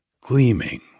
gleaming